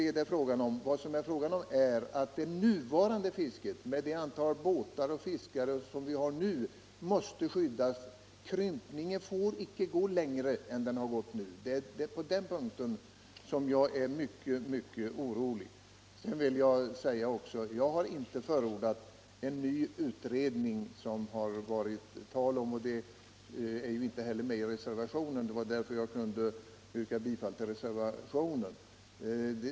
Vad det gäller är att det fiske vi har i dag, med nuvarande antal båtar och fiskare, måste skyddas. Krympningen får nu icke gå längre än vad som hittills skett. Det är på den punkten jag är mycket orolig. Vidare vill jag säga att jag inte har förordat en ny utredning, som det här varit tal om, och något sådant krav framförs inte heller i reservationen. Av den anledningen kunde jag också yrka bifall till denna.